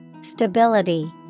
Stability